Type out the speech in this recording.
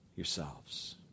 yourselves